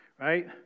right